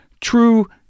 true